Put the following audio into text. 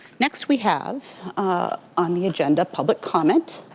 next, we have on the agenda, public comment,